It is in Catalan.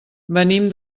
venim